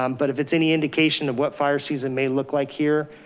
um but if it's any indication of what fire season may look like here,